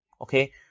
okay